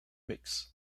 mixed